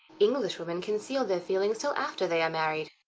english women conceal their feelings till after they are married.